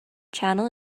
channel